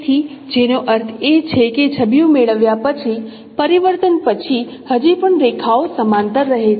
તેથી જેનો અર્થ એ છે કે છબીઓ મેળવ્યા પછી પરિવર્તન પછી હજી પણ રેખાઓ સમાંતર રહે છે